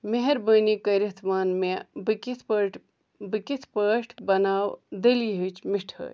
مہربٲنی کٔرِتھ وَن مےٚ بہٕ کِتھ پٲٹھۍ بہٕ کِتھ پٲٹھۍ بناو دلیٲہچ مِٹھٲیۍ